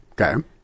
Okay